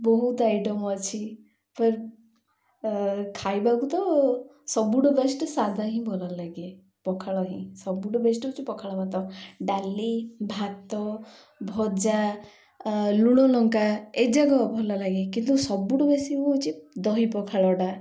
ବହୁତ ଆଇଟମ୍ ଅଛି ଖାଇବାକୁ ତ ସବୁଠୁ ବେଷ୍ଟ ସାଧା ହିଁ ଭଲ ଲାଗେ ପଖାଳ ହିଁ ସବୁଠୁ ବେଷ୍ଟ ହେଉଛି ପଖାଳ ଭାତ ଡାଲି ଭାତ ଭଜା ଲୁଣ ଲଙ୍କା ଏ ଯାକ ଭଲ ଲାଗେ କିନ୍ତୁ ସବୁଠୁ ବେଶୀ ହେଉଛି ଦହି ପଖାଳଟା